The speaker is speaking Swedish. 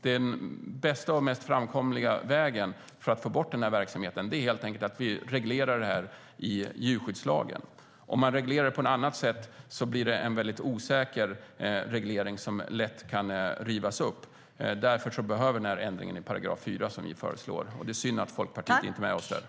Den bästa och mest framkomliga vägen för att få bort verksamheten är helt enkelt att vi reglerar detta i djurskyddslagen. Om man reglerar det på något annat sätt blir det en väldigt osäker reglering som lätt kan rivas upp. Därför behövs den ändring i 4 § som vi föreslår. Det är synd att Folkpartiet inte är med oss där.